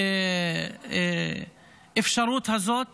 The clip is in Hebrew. האפשרות הזאת